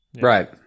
Right